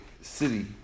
city